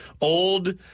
old